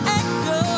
echo